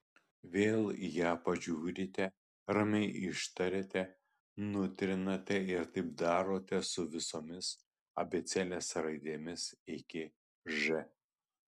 vėl į ją pažiūrite ramiai ištariate nutrinate ir taip darote su visomis abėcėlės raidėmis iki ž